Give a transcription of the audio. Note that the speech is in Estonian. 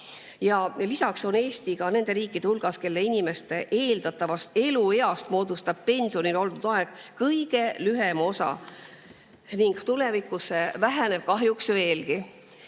Lisaks on Eesti nende riikide hulgas, kelle inimeste eeldatavast elueast moodustab pensionil oldud aeg kõige lühema osa ning tulevikus väheneb see kahjuks veelgi.